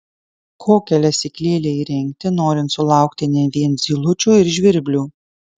kokią lesyklėlę įrengti norint sulaukti ne vien zylučių ir žvirblių